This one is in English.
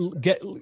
Get